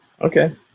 Okay